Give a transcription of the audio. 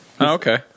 okay